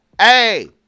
hey